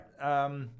right